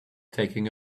taking